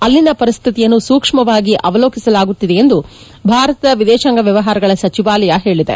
ಅಲ್ಲಿನ ಪರಿಸ್ಥಿತಿಯನ್ನು ಸೂಕ್ಷ್ಮವಾಗಿ ಅವಲೋಕಿಸಲಾಗುತ್ತಿದೆ ಎಂದು ಭಾರತದ ವಿದೇಶಾಂಗ ವ್ಯವಹಾರಗಳ ಸಚಿವಾಲಯ ಹೇಳಿದೆ